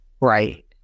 Right